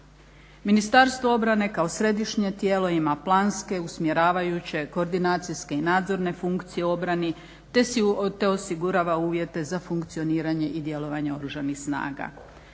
Ministarstvo obrane kao središnje tijelo ima planske, usmjeravajuće, koordinacijske i nadzorne funkcije u obrani te osigurava uvjete za funkcioniranje i djelovanje Oružanih snaga.